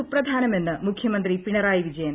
സുപ്രധാനമെന്ന് മുഖ്യമന്ത്രി പിണറായി വിജയൻ